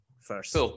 first